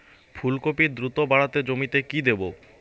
ফুলকপি দ্রুত বাড়াতে জমিতে কি দেবো?